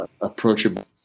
approachable